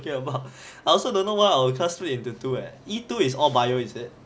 ya but I also don't know why our class split into two eh E two is all bio is it